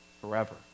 forever